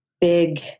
big